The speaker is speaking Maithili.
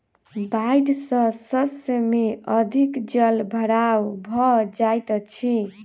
बाइढ़ सॅ शस्य में अधिक जल भराव भ जाइत अछि